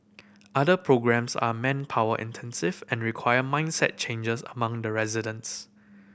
other programmes are manpower intensive and require mindset changes among the residents